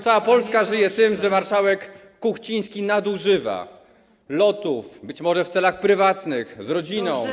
Cała Polska żyje tym, że marszałek Kuchciński nadużywa lotów, być może w celach prywatnych, podróżując z rodziną.